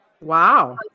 Wow